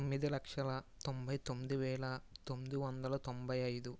తొమ్మిది లక్షల తొంభై తొమ్మిది వేల తొమ్మిది వందల తొంభై ఐదు